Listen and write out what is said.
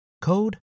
code